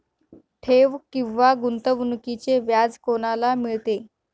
ठेव किंवा गुंतवणूकीचे व्याज कोणाला मिळते?